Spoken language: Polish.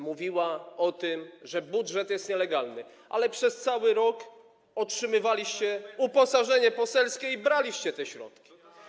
mówiła o tym, że budżet jest nielegalny, ale przez cały rok otrzymywaliście uposażenie poselskie i braliście te środki.